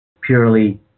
purely